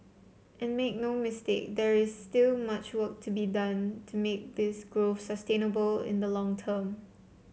and make no mistake there is still much work to be done to make this growth sustainable in the long term